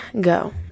go